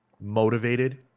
motivated –